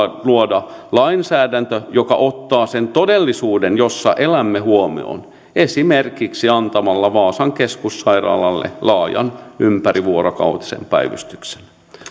luoda lainsäädäntö joka ottaa sen todellisuuden jossa elämme huomioon esimerkiksi antamalla vaasan keskussairaalalle laajan ympärivuorokautisen päivystyksen